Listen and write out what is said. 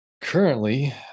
Currently